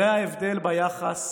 זה ההבדל ביחס